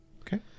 Okay